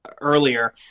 earlier